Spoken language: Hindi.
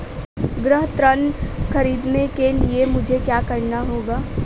गृह ऋण ख़रीदने के लिए मुझे क्या करना होगा?